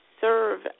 serve